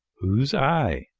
who's i?